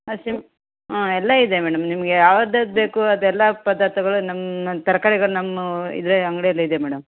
ಅಸಿಮ್ ಹಾಂ ಎಲ್ಲ ಇದೆ ಮೇಡಮ್ ನಿಮಗೆ ಯಾವ್ದ್ಯಾವ್ದು ಬೇಕು ಅದೆಲ್ಲ ಪದಾರ್ಥಗಳು ನಮ್ಮ ತರ್ಕಾರಿಗಳು ನಮ್ಮ ಇದೆ ಅಂಗ್ಡಿಲಿ ಇದೆ ಮೇಡಮ್